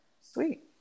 Sweet